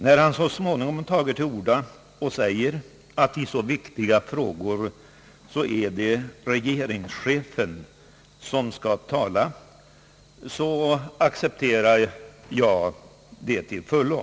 När han så småningom tagit till orda och säger att det är regeringschefen som skall tala i så viktiga frågor, accepterar jag det till fullo.